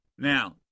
Now